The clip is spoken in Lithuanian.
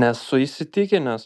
nesu įsitikinęs